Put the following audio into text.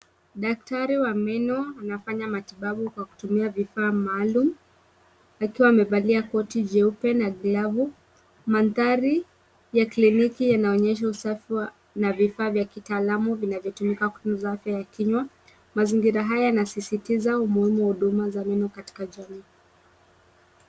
Daktari wa meno anafanya matibabu kwa kutumia vifaa maalumu akiwa amevalia koti jeupe na glavu . Mandhari ya kliniki yanaonyesha usafi na vifaa vya kitaalamu vinavyotumika kuchunguza afya ya kinywa. Mazingira haya yanasisitiza umuhimu wa huduma za meno katika jamii.